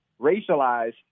racialized